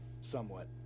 somewhat